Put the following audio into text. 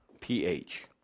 pH